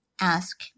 ask